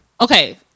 Okay